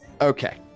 Okay